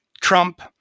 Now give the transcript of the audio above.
Trump